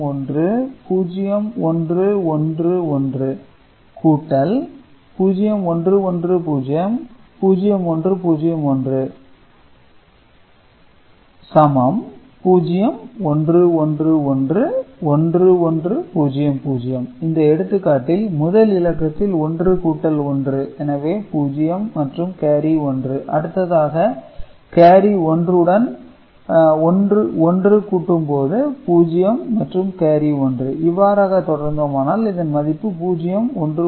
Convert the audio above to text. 0001 0111 0110 0101 0111 1100 இந்த எடுத்துக்காட்டில் முதல் இலக்கத்தில் 1 கூட்டல் 1 எனவே 0 மற்றும் கேரி 1 அடுத்ததாக கேரி 1 உடன் 1 கூட்டும்போது 0 மற்றும் கேரி 1 இவ்வாறாக தொடர்ந்துமானால் இதன் மதிப்பு 0111 1100 என வருகிறது